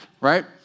right